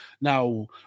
Now